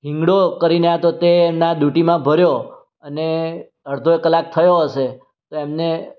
હિંગળો કરીને હતો તે એમનાં દુંટીમાં ભર્યો અને અડધો એક કલાક થયો હશે તો એમને